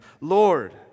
Lord